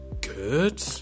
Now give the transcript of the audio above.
good